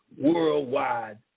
worldwide